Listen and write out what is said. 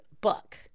Book